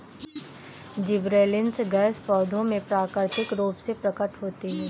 gibberellins gas पौधों में प्राकृतिक रूप से प्रकट होती है